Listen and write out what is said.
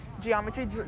geometry